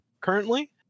currently